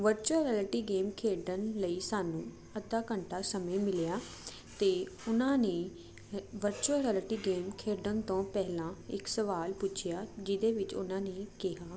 virtual reality game ਖੇਡਣ ਲਈ ਸਾਨੂੰ ਅੱਧਾ ਘੰਟਾ ਸਮੇਂ ਮਿਲਿਆ ਤੇ ਉਨਾਂ ਨੇ ਵਰਚੁਅਲ ਰੈਲਿਟੀ ਖੇਡਣ ਤੋਂ ਪਹਿਲਾਂ ਇੱਕ ਸਵਾਲ ਪੁੱਛਿਆ ਜਿਹਦੇ ਵਿੱਚ ਉਹਨਾਂ ਨੇ ਕਿਹਾ